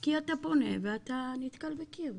כי אתה פונה ואתה נתקבל בקיר.